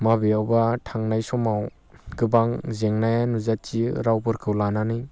माबेयावबा थांनाय समाव गोबां जेंनाया नुजाथियो रावफोरखौ लानानै